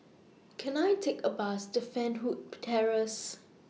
Can I Take A Bus to Fernwood Terrace